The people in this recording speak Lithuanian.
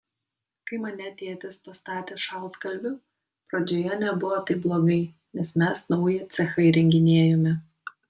kai mane tėtis pastatė šaltkalviu pradžioje nebuvo taip blogai nes mes naują cechą įrenginėjome